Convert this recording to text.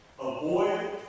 avoid